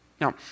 Now